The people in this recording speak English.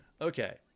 Okay